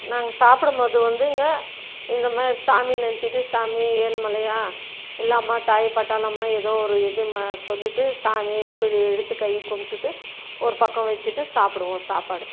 நாங்கள் சாப்பிடும் போது வந்துங்க இந்தமாதிரி சாமியை நினச்சிட்டு சாமி ஏழுமலையான் எல்லைம்மா தாய் பட்டாளம்மா ஏதோ ஒரு இது மா சொல்லிட்டு சாமி இப்படி எடுத்துக் கை கும்பிட்டுட்டு ஒரு பக்கம் வெச்சுட்டு சாப்பிடுவோம் சாப்பாடு